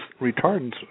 retardants